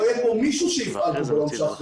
לא יהיה פה מישהו שיפעל פה ביום שאחרי,